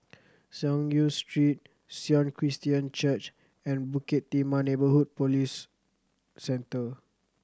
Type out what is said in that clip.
Synagogue Street Sion Christian Church and Bukit Timah Neighbourhood Police Centre